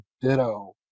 ditto